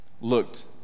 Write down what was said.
looked